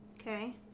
Okay